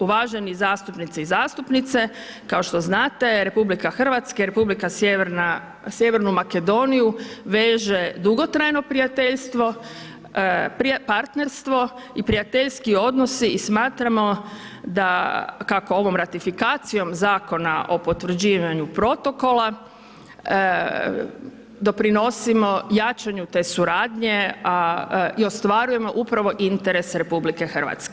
Uvaženi zastupnici i zastupnice kao što znate RH i Republika sjevernu Makedoniju veže dugotrajno prijateljstvo, partnerstvo i prijateljski odnosi i smatramo kako ovom ratifikacijom Zakona o potvrđivanju protokola doprinosimo jačanju te suradnje i ostvarujemo upravo interes RH.